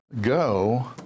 go